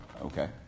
Okay